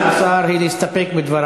ההצעה של סגן השר היא להסתפק בדבריו.